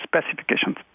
specifications